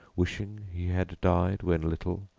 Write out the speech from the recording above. wishing he had died when little,